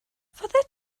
fyddet